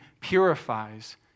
purifies